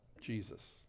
Jesus